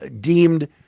deemed